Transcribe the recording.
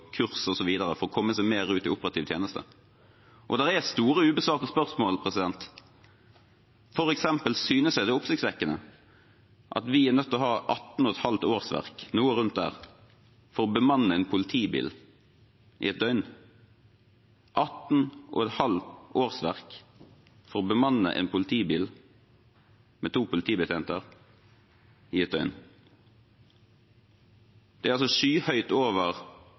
kurs osv. for å komme seg mer ut i operativ tjeneste. Det er store, ubesvarte spørsmål. For eksempel synes jeg det er oppsiktsvekkende at vi er nødt til å ha rundt 18,5 årsverk for å bemanne en politibil i ett døgn – 18,5 årsverk for å bemanne en politibil med to politibetjenter i ett døgn. Det er skyhøyt over andre nødetater, og det er skyhøyt over